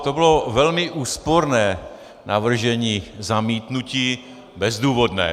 To bylo velmi úsporné navržení zamítnutí, vlastně bezdůvodné.